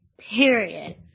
Period